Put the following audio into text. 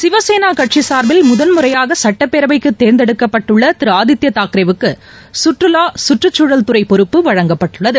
சிவசேனா கட்சி சார்பில் முதன்முறையாக சுட்டப்பேரவைக்கு தேர்ந்தெடுக்கப்பட்டுள்ள திரு ஆதித்ய தாக்கரே க்கு சுற்றுலா சுற்றுச்சூழல் துறை பொறுப்பு வழங்கப்பட்டுள்ளது